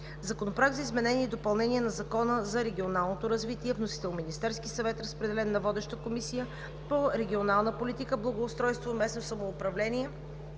Законопроект за изменение и допълнение на Закона за регионалното развитие. Вносител е Министерският съвет. Разпределен е на водещата Комисия по регионална политика, благоустройство и местно самоуправление